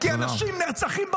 כי אנשים נרצחים ברחובות.